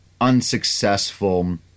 unsuccessful